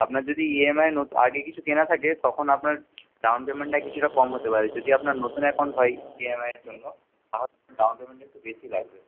আপনার যদি E M I আগে কিছু কেনা থাকে তখন আপনার ডাউন পেমেন্টটা কিছুটা কম হতে পারে যদি আপনার নতুন অ্যাকাউন্ট হয় ই এম আইয়ের জন্য তা ডাউন পেমেন্টটা একটু বেশি লাগবে